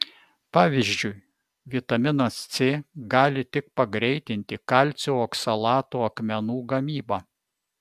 pavyzdžiui vitaminas c gali tik pagreitinti kalcio oksalato akmenų gamybą